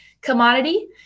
commodity